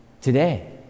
today